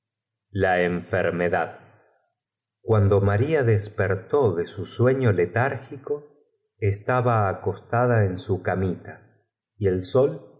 la enfe rme dad cuando maria despertó de su sueñ o lej tárgico estaba acostada en su cami ta y el sol